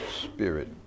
spirit